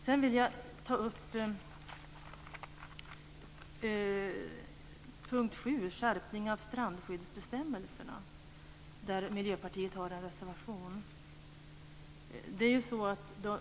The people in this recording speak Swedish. Jag vill också ta upp reservation 7 från Miljöpartiet, Skärpning av strandskyddsbestämmelserna.